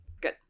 Good